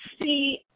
see